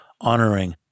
honoring